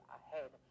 ahead